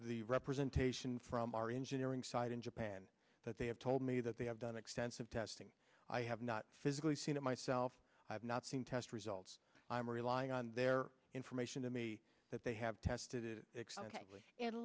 the representation from our engineering side in japan that they have told me that they have done extensive testing i have not physically seen it myself i have not seen test results i'm relying on their permission to me that they have tested o